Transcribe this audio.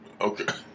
Okay